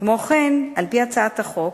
כמו כן, על-פי הצעת החוק,